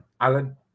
Alan